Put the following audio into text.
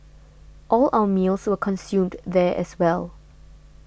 all our meals were consumed there as well